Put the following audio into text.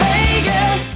Vegas